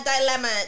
dilemma